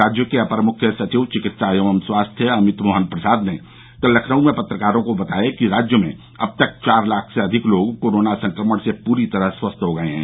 राज्य के अपर मुख्य सचिव चिकित्सा एवं स्वास्थ्य अमित मोहन प्रसाद ने कल लखनऊ में पत्रकारों को बताया कि राज्य में अब तक चार लाख से अधिक लोग कोरोना संक्रमण से पूरी तरह स्वस्थ हो गये हैं